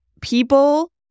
people